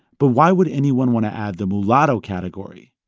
but why would anyone want to add the mulatto category?